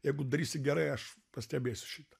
jeigu darysi gerai aš pastebėsiu šitą